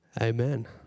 Amen